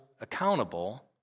accountable